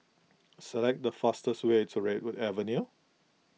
select the fastest way to Redwood Avenue